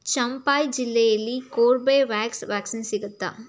ಚಂಫೈ ಜಿಲ್ಲೆಯಲ್ಲಿ Corbevax vaccine ಸಿಗುತ್ತಾ